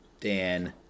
Dan